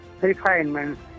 refinements